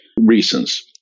reasons